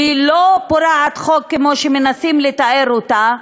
והיא לא פורעת חוק כמו שמנסים לתאר אותה.